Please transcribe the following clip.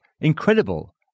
incredible